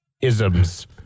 isms